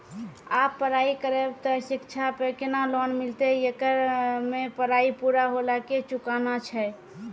आप पराई करेव ते शिक्षा पे केना लोन मिलते येकर मे पराई पुरा होला के चुकाना छै?